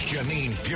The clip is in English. Janine